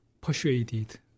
persuaded